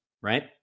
right